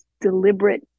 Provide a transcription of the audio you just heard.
deliberate